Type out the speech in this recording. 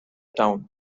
town